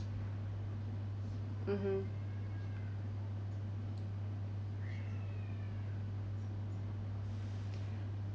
mmhmm